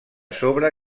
sobre